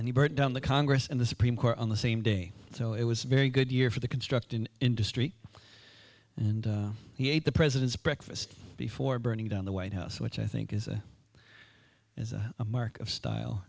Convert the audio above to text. and he brought down the congress and the supreme court on the same day so it was a very good year for the constructed industry and he ate the president's breakfast before burning down the white house which i think is as a mark of style